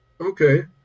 Okay